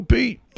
Pete